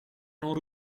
non